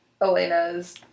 Elena's